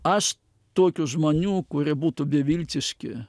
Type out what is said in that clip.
aš tokių žmonių kurie būtų beviltiški